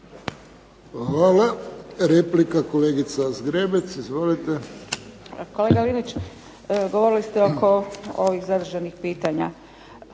Hvala. Replika kolegica Zgrebec. Izvolite. **Zgrebec, Dragica (SDP)** Kolega Linić, govorili ste oko ovih zadržanih pitanja.